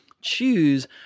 choose